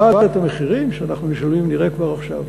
אבל את המחירים שאנחנו משלמים נראה כבר עכשיו.